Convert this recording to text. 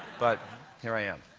but here i am.